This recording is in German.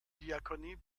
diakonie